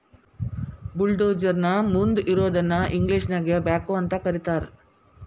bulldozer ನ ಮುಂದ್ ಇರೋದನ್ನ ಇಂಗ್ಲೇಷನ್ಯಾಗ ಬ್ಯಾಕ್ಹೊ ಅಂತ ಕರಿತಾರ್